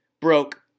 broke